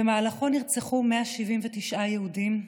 במהלכו נרצחו 179 יהודים,